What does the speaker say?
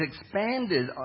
expanded